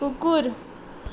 कुकुर